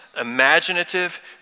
imaginative